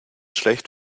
schlecht